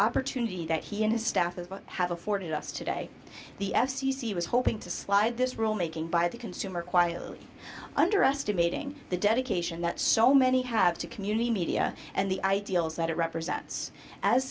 opportunity that he and his staff have afforded us today the f c c was hoping to slide this rulemaking by the consumer quietly under estimate the dedication that so many have to community media and the ideals that it represents as